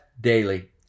daily